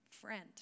friend